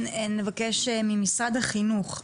נבקש ממשרד החינוך.